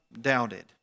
doubted